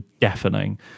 deafening